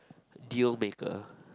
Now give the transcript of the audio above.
deal maker